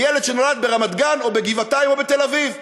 ילד שנולד ברמת-גן או בגבעתיים או בתל-אביב.